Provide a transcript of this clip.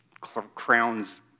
crowns